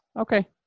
Okay